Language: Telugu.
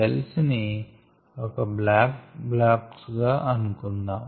సెల్స్ ని ఒక బ్లాక్ బాక్స్ గా అనుకుందాం